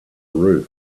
roof